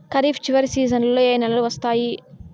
ఖరీఫ్ చివరి సీజన్లలో ఏ నెలలు వస్తాయి?